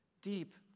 deep